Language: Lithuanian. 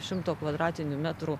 šimto kvadratinių metrų